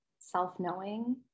self-knowing